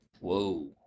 Whoa